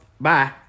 bye